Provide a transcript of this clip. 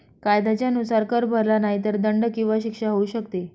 कायद्याच्या नुसार, कर भरला नाही तर दंड किंवा शिक्षा होऊ शकते